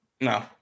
No